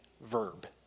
verb